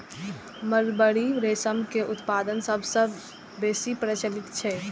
mulberry रेशम के उत्पादन सबसं बेसी प्रचलित छै